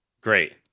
Great